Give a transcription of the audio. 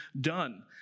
done